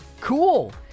Cool